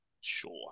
Sure